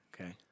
okay